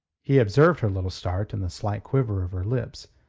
he observed her little start and the slight quiver of her lips,